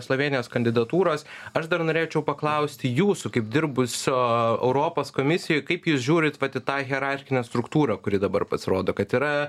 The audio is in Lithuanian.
slovėnijos kandidatūros aš dar norėčiau paklausti jūsų kaip dirbusio europos komisijoj kaip jūs žiūrit vat į tą hierarchinę struktūrą kuri dabar pasirodo kad yra